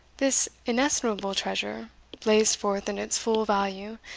this inestimable treasure blazed forth in its full value,